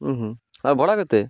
ହୁଁ ହୁଁ ଆଉ ଭଡ଼ା କେତେ